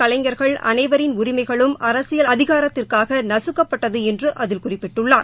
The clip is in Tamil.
கலைஞர்கள் அனைவரின் உரிமைகளும் அரசியல் அதிகாரத்திற்காக நசுக்கப்பட்டது என்று அதில் குறிப்பிட்டுள்ளார்